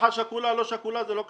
משפחה שכולה, לא שכולה, זה לא קשור.